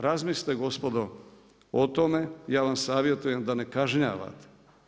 Razmislite gospodo o tome, ja vam savjetujem da ne kažnjavate.